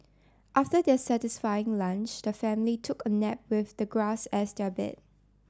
after their satisfying lunch the family took a nap with the grass as their bed